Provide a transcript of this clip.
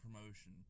promotion